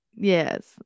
Yes